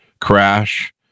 crash